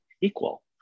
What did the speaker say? equal